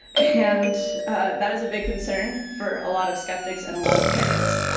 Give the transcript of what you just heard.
and that is a big concern for a lot of skeptics and a lot of parents